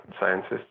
scientists